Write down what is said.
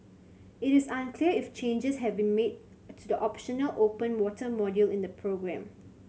it is unclear if changes have been made to the optional open water module in the programme